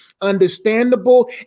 understandable